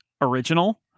original